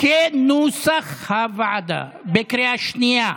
כנוסח הוועדה, בקריאה שנייה.